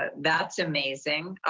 ah that's amazing.